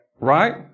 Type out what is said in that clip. Right